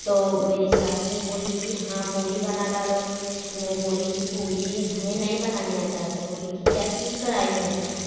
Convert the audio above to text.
तो मेरी सास ने बोली की हाँ पूड़ी बना डालो तो मैं बोली कि पूड़ी हमें नहीं बनाने आता तो बोली कि क्या सीखकर आई हो